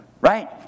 Right